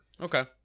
Okay